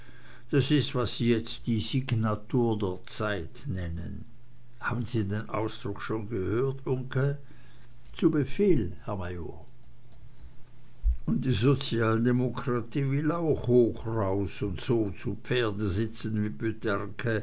das is was sie jetzt die signatur der zeit nennen haben sie den ausdruck schon gehört uncke zu befehl herr major und die sozialdemokratie will auch hoch raus und so zu pferde sitzen wie